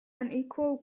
unequal